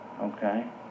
Okay